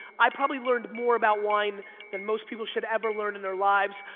i probably learned more about wine than most people should ever learn in their lives,